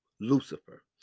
Lucifer